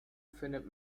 findet